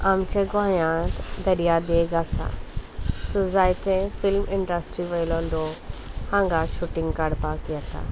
आमच्या गोंयांत दर्यादेग आसा सो जायते फिल्म इंडस्ट्री वयलो लोक हांगा शुटींग काडपाक येता